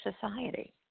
society